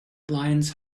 lions